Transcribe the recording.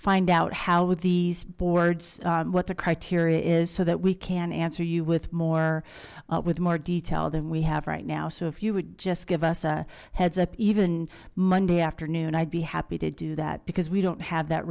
find out how these boards what the criteria is so that we can answer you with more with more detail than we have right now so if you would just give us a heads up even monday afternoon i'd be happy to do that because we don't have that